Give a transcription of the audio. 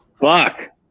Fuck